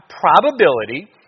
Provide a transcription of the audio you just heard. probability